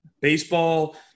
baseball